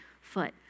foot